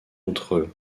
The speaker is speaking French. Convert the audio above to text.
entre